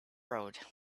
road